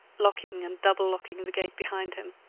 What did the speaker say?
locking and double-locking the gate behind him.